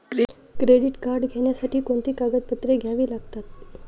Credit card घेण्यासाठी कोणती कागदपत्रे घ्यावी लागतात?